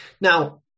Now